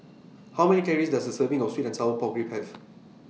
How Many Calories Does A Serving of Sweet and Sour Pork Ribs Have